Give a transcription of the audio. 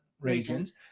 regions